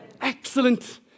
Excellent